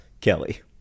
Kelly